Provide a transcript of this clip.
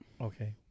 Okay